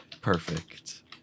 Perfect